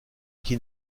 qui